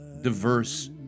diverse